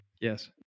Yes